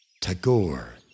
Tagore